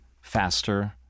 faster